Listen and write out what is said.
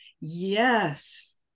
yes